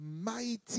mighty